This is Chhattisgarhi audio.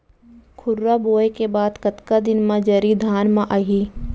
खुर्रा बोए के बाद कतका दिन म जरी धान म आही?